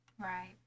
Right